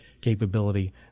capability